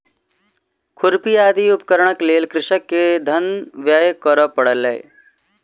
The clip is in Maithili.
खुरपी आदि उपकरणक लेल कृषक के धन व्यय करअ पड़लै